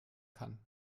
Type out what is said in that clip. kann